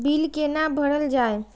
Bill कैना भरल जाय?